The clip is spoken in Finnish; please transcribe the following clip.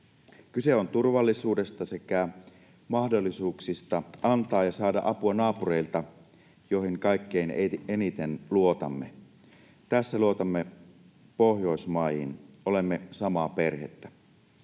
Kyse on turvallisuudesta sekä mahdollisuuksista antaa ja saada apua naapureilta, joihin kaikkein eniten luotamme. Tässä luotamme Pohjoismaihin. Olemme samaa perhettä.